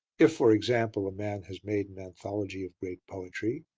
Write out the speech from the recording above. if, for example, a man has made an anthology of great poetry,